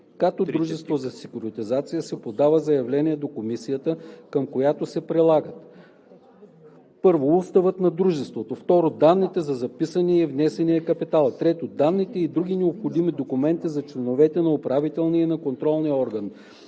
като дружество за секюритизация се подава заявление до Комисията, към което се прилагат: 1. уставът на дружеството; 2. данните за записания и внесения капитал; 3. данните и другите необходими документи за членовете на управителния и на контролния орган